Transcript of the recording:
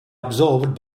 absorbed